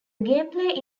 gameplay